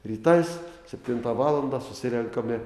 rytais septintą valandą susirenkame